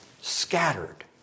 scattered